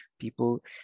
people